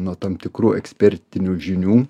nuo tam tikrų ekspertinių žinių